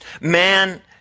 Man